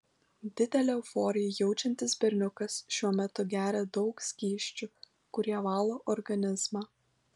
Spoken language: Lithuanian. didelę euforiją jaučiantis berniukas šiuo metu geria daug skysčių kurie valo organizmą